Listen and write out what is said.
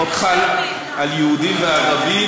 החוק חל על יהודים וערבים,